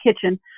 kitchen